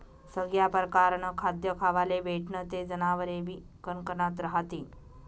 सगया परकारनं खाद्य खावाले भेटनं ते जनावरेबी कनकनात रहातीन